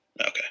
Okay